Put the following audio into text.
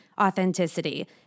authenticity